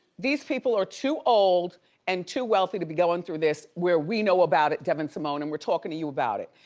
these people are too old and too wealthy to be going through this where we know about it, devon simone and we're talking to you about it.